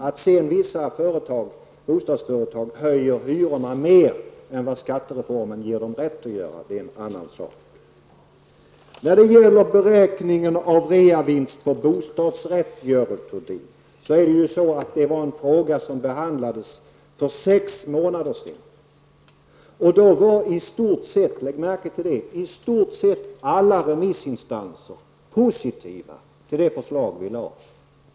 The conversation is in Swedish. Det är en annan sak att vissa bostadsföretag höjer hyrorna mer än vad skattereformen ger dem rätt till att göra. Frågan om beräkning av reavinst vid försäljning av bostadsrätter, Görel Thurdin, behandlades för sex månader sedan. Då var i stort sett alla -- lägg märke till det -- remissinstanser positiva till det förslag som vi lade fram.